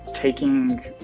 taking